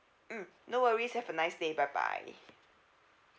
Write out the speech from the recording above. mm no worries have a nice day bye bye